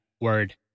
word